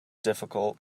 difficult